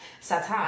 Satan